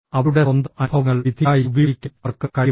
അവരുടെ സ്വന്തം അനുഭവങ്ങൾ വിധിക്കായി ഉപയോഗിക്കാൻ അവർക്ക് കഴിയും